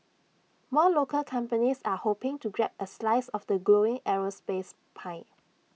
more local companies are hoping to grab A slice of the growing aerospace pie